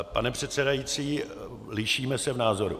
Pane předsedající, lišíme se v názoru.